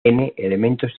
elementos